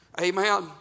Amen